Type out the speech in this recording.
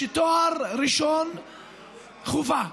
שתואר ראשון חובה,